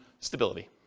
Stability